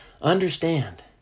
understand